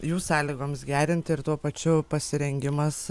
jų sąlygoms gerinti ir tuo pačiu pasirengimas